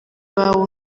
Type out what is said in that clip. iwabo